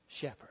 shepherd